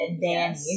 Danny